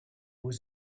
was